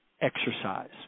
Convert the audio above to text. exercise